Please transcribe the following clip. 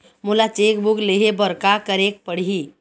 मोला cheque book लेहे बर का केरेक पढ़ही?